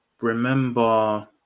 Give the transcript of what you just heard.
remember